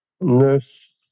nurse